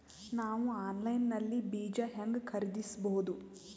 ನಾವು ಆನ್ಲೈನ್ ನಲ್ಲಿ ಬೀಜ ಹೆಂಗ ಖರೀದಿಸಬೋದ?